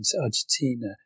Argentina